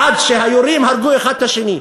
עד שהיורים הרגו האחד את השני,